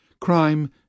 Crime